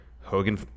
hogan